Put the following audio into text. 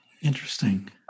Interesting